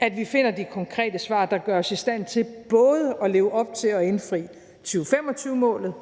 at vi finder de konkrete svar, der gør os i stand til at leve op til at indfri både 2025-målet,